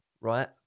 right